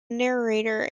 narrator